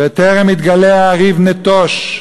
בטרם התגלע הריב, נטוש.